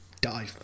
die